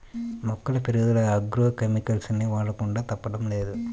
మొక్కల పెరుగుదల agro chemicals ని వాడకుండా తప్పడం లేదు